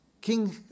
King